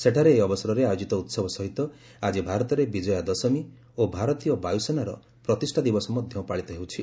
ସେଠାରେ ଏହି ଅବସରରେ ଆୟୋଜିତ ଉତ୍ସବ ସହିତ ଆଜି ଭାରତରେ ବିଜୟା ଦଶମୀ ଓ ଭାରତୀୟ ବାୟୁସେନାର ପ୍ରତିଷ୍ଠା ଦିବସ ମଧ୍ୟ ପାଳିତ ହେଉଛି